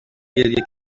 گریه